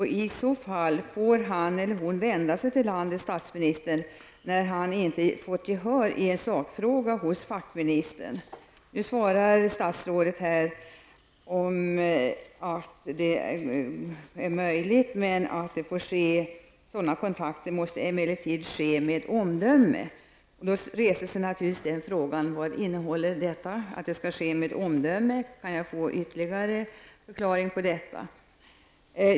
Får han eller hon i så fall vända sig till landets statsminister när han eller hon inte har fått gehör i en sakfråga hos fackministern? Statsrådet svarar att det är möjligt, men att sådana kontakter måste emellertid ske med omdöme. Då reses naturligtvis frågan vad det innebär att det skall ske med omdöme. Kan jag få en ytterligare förklaring till det?